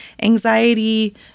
anxiety